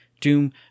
doom